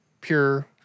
Pure